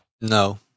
No